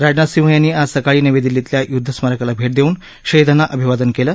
राजनाथ सिंह यांनी आज सकाळी नवी दिल्लीतल्या युद्ध स्मारकाला भेट देऊन शहिदांना अभिवादन केलं